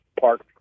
park